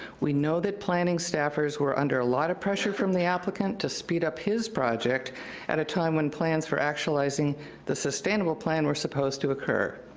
we know that planning staffers were under a lot of pressure from the applicant to speed up his project at a time when plans for actualizing the sustainable plan were supposed to occur.